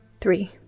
Three